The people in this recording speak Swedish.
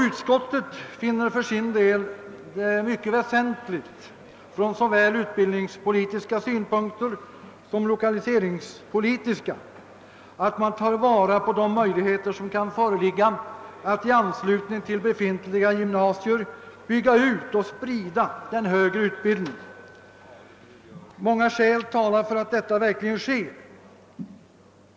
Utskottet finner det för sin del mycket väsentligt från såväl utbildningspolitiska som lokaliseringspolitiska synpunkter att man tar vara på de möjligheter som kan finnas att i anslutning till befintliga gymnasier bygga ut och sprida den högre utbildningen. Många skäl talar härför.